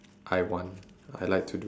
I want I like to do